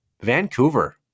Vancouver